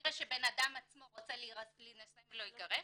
במקרה שאדם עצמו רוצה להינשא או להתגרש,